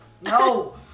No